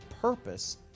purpose